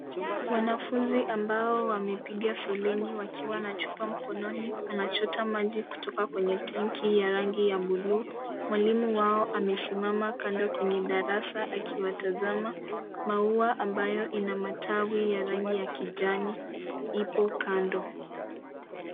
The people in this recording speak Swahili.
Wanafunzi ambao wamepiga foleni wakiwa na chupa mkononi wanachota maji kutoka kwenye tanki ya rangi ya buluu. Mwalimu wao amesimama kando kwenye darasa akiwatazama. Maua ambayo ina matawi ya rangi ya kijani ipo kando.